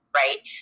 right